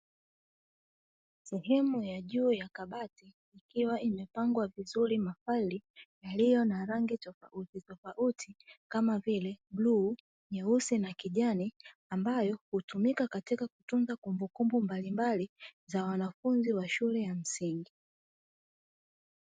Sehemu ya juu ya kabati ikiwa imepangwa vizuri mafaili yaliyo na rangi tofautitofauti kama vile bluu, nyeusi na kijani ambayo hutumika katika kutunza kumbukumbu mbalimbali za wanafunzi wa shule ya msingi.